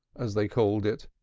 as they called it.